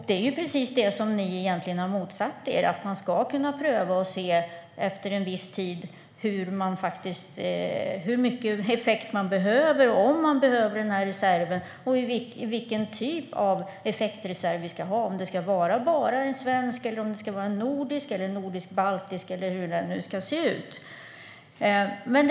Det är precis det ni egentligen har motsatt er, det vill säga att man ska kunna pröva och efter en viss tid se hur mycket effekt man behöver, om man behöver reserven och vilken typ av effektreserv vi ska ha. Ska det vara bara en svensk reserv, eller ska det vara en nordisk eller en nordisk-baltisk reserv? Hur ska den se ut?